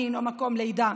מין או מקום לידה.